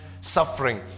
suffering